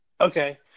Okay